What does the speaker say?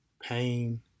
pain